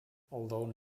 although